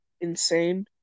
insane